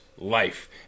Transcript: Life